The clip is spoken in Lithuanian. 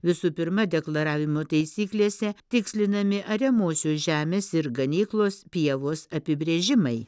visu pirma deklaravimo taisyklėse tikslinami ariamosios žemės ir ganyklos pievos apibrėžimai